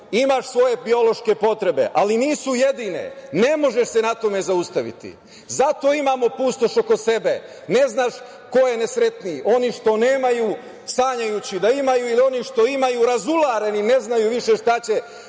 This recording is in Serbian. Imaš svoje biološke potrebe, ali nisu jedine. Ne može se na tome zaustaviti. Zato imamo pustoš oko sebe. Ne znaš ko je nesretniji, oni što nemaju, sanjajući da imaju, ili oni što imaju, razulareni ne znaju više šta će